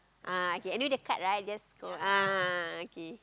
ah okay anyway the card right just throw ah okay